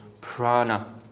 prana